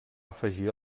afegir